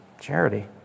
charity